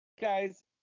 guys